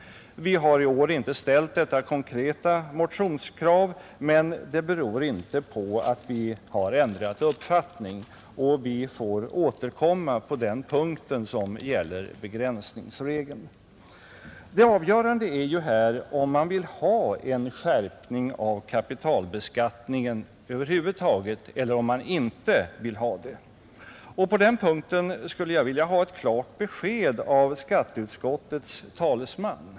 Vi har i år inte ställt detta konkreta motionskrav, men det beror inte på att vi har ändrat uppfattning, och vi återkommer till begränsningsreglerna. Det avgörande är ju om man vill ha en skärpning av kapitalbeskattningen över huvud taget eller om man inte vill ha det, och på den punkten skulle jag önska få ett klart besked av skatteutskottets talesman.